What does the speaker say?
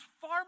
far